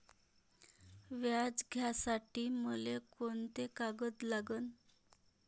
व्याज घ्यासाठी मले कोंते कागद लागन?